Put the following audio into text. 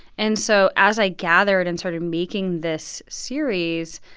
and so as i gathered and started making this series,